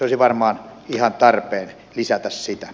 olisi varmaan ihan tarpeen lisätä sitä